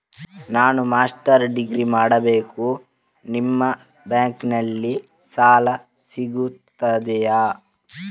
ನಾನು master degree ಮಾಡಬೇಕು, ನಿಮ್ಮ ಬ್ಯಾಂಕಲ್ಲಿ ಸಾಲ ಸಿಗುತ್ತದೆಯೇ?